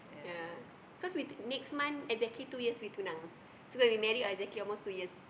ya cause we next month exactly two years we tunang so we married exactly almost two years